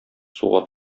суга